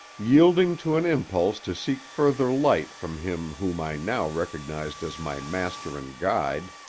yielding to an impulse to seek further light from him whom i now recognized as my master and guide,